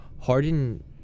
Harden